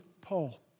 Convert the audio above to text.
Paul